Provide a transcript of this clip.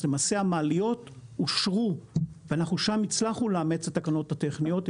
אז למעשה המעליות אושרו ואנחנו שם הצלחנו לאמץ את התקנות הטכניות,